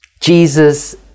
Jesus